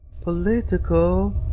Political